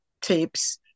tips